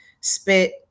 spit